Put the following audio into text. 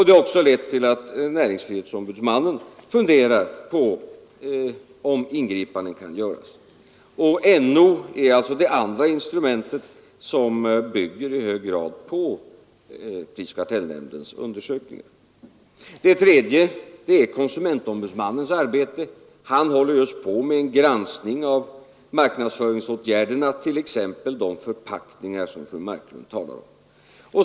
Det har också lett till att näringsfrihetsombudsmannen funderar på om ingripanden kan göras. NO är alltså det andra instrumentet som i hög grad bygger på prisoch kartellnämndens undersökningar. Det tredje är konsumentombudsmannens arbete. Han håller just på med en granskning av marknadsföringsåtgärderna, t.ex. de förpackningar som fru Marklund talar om.